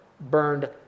burned